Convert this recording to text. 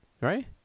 right